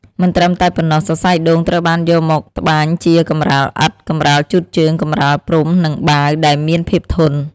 មិនត្រឹមតែប៉ុណ្ណោះ សរសៃដូងត្រូវបានយកមកត្បាញជា កម្រាលឥដ្ឋ កម្រាលជូតជើង កម្រាលព្រំ និង បាវ ដែលមានភាពធន់។